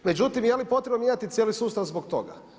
Međutim, je li potrebno mijenjati cijeli sustav zbog toga?